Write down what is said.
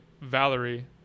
valerie